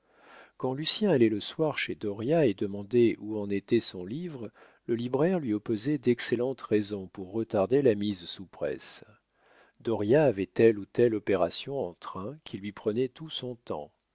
quand lucien allait le soir chez dauriat et demandait où en était son livre le libraire lui opposait d'excellentes raisons pour retarder la mise sous presse dauriat avait telle ou telle opération en train qui lui prenait tout son temps